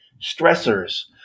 stressors